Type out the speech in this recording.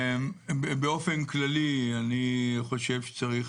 באופן כללי אני חושב שצריך